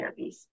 therapies